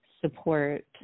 support